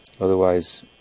Otherwise